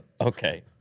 Okay